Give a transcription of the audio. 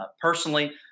personally